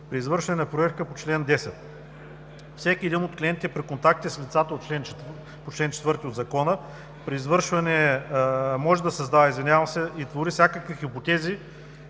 При извършване на проверка по чл. 10 всеки един от клиентите при контакти с лицата по чл. 4 от Закона при извършване може да създава, извинявам се, и твори всякакви хипотези